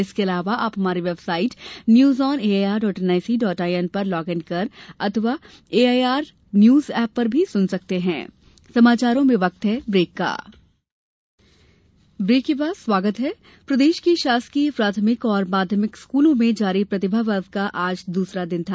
इसके अलावा आप हमारी website news on A I R dot N I C dot I N पर लॉग इन कर अथवा A I R news app पर भी सुन सकते प्रतिभा पर्व प्रदेश के शासकीय प्राथमिक एवं माध्यमिक स्कूलों में जारी प्रतिभा पर्व का आज दूसरा दिन था